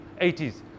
80s